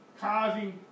causing